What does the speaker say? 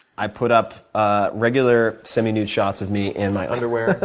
i put up ah regular semi-nude shots of me in my underwear.